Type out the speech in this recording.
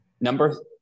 Number